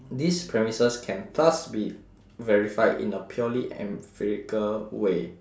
these premises can thus be verified in a purely empirical way